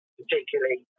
particularly